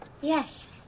Yes